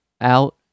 out